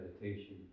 meditation